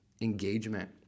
engagement